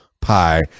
pie